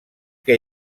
que